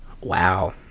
Wow